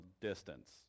distance